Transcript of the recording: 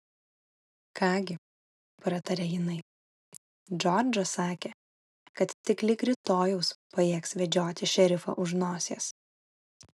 ką gi prataria jinai džordžą sakė kad tik lig rytojaus pajėgs vedžioti šerifą už nosies